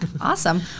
Awesome